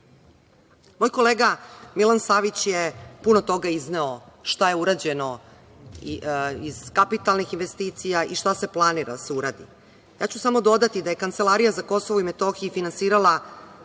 kolega Milan Savić je puno toga izneo šta je urađeno iz kapitalnih investicija i šta se planira da se uradi. Ja ću samo dodati da je Kancelarija za KiM finansirala